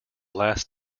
last